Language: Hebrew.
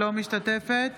אינה משתתפת